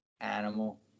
Animal